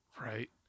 Right